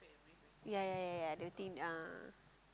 ya ya ya ya they will think ah